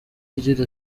igira